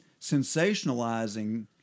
sensationalizing